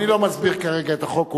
אדוני לא מסביר כרגע את החוק,